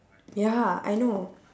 ya I know